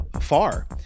far